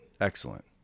Excellent